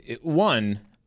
one